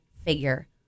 figure